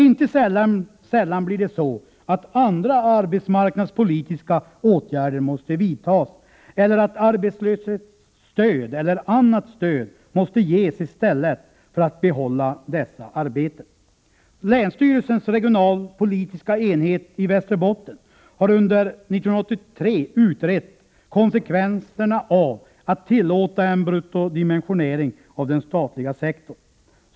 Inte sällan blir det så att andra arbetsmarknadspolitiska åtgärder måste vidtas, eller att arbetslöshetsstöd eller annat stöd måste ges i stället för att behålla dessa arbeten. Länsstyrelsens regionalpolitiska enhet i Västerbotten har under 1983 utrett konsekvenserna av att tillåta en bruttodimensionering av den statliga sektorn.